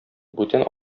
бүтән